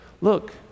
look